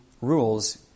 rules